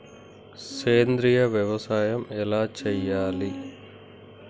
సేంద్రీయ వ్యవసాయం ఎలా చెయ్యాలే?